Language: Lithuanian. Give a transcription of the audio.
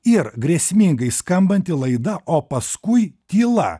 ir grėsmingai skambanti laida o paskui tyla